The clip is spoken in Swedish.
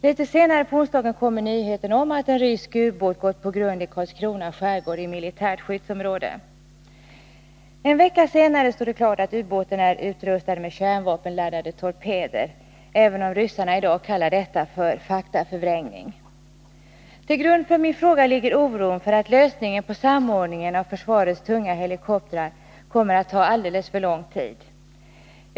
Litet senare på onsdagen kom nyheten om att en rysk ubåt gått på grund i Karlskrona skärgård, inom militärt skyddsområde. En vecka senare stod det klart att ubåten är utrustad med kärnvapenladdade torpeder, även om ryssarna i dag kallar detta för faktaförvrängning. Till grund för min fråga ligger oron för att samordningen av försvarets tunga helikoptrar kommer att ta alltför lång tid.